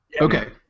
Okay